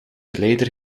leider